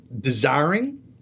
desiring